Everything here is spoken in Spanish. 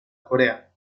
corea